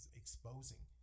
exposing